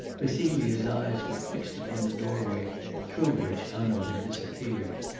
for celia's eyes were fixed upon the doorway through which hanaud had disappeared.